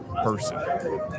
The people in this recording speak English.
person